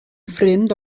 ffrind